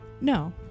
no